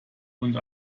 und